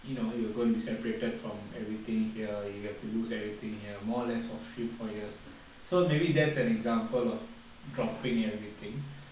you know you are going to be separated from everything here you got to lose everything here more or less for three four years so maybe that's an example of dropping everything